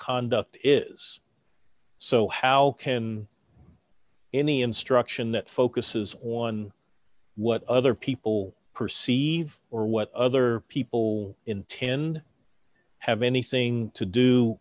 conduct is so how can any instruction that focuses on what other people perceive or what other people intend have anything to do